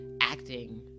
acting